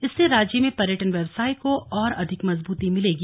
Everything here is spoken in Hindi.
इससे राज्य में पर्यटन व्यवसाय को और अधिक मजबूती मिलेगी